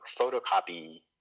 photocopy